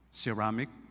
ceramic